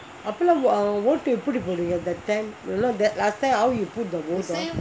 அப்போ லாம் ஓட்டு எப்டி போடுவிங்கே:appo laam ottu epdi poduvingae that time last time how you put the vote all